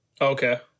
Okay